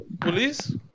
Police